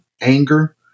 anger